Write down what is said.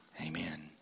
Amen